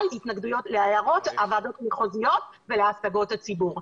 להערות הוועדות המחוזיות ולהשגות הציבור.